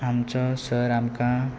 आमचो सर आमकां